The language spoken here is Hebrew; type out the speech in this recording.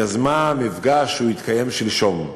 יזמה מפגש שהתקיים שלשום.